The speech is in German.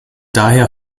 daher